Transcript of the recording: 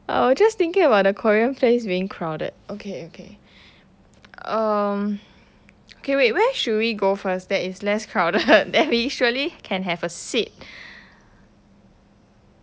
I was just thinking about the korean place being crowded okay okay um okay wait where should we go first that is less crowded that we surely can have a seat